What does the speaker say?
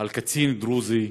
על קצין דרוזי